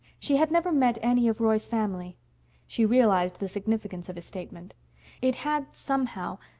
she had never met any of roy's family she realized the significance of his statement it had, somehow,